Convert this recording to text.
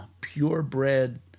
purebred